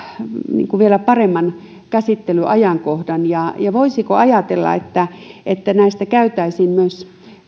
vielä paremman käsittelyajankohdan ja ja voisiko ajatella että että näistä käytäisiin myös